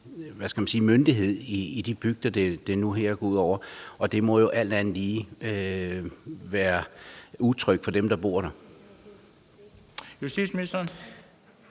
hvad skal man sige – myndighed i de bygder, det går ud over. Og det må jo alt andet lige være utrygt for dem, der bor der. Kl. 13:08 Den